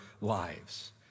lives